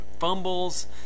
Fumbles